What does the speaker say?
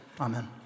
Amen